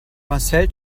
marcel